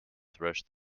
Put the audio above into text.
thresh